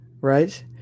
right